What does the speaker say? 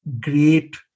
great